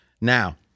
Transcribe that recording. Now